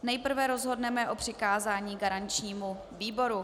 Nejprve rozhodneme o přikázání garančnímu výboru.